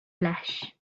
flesh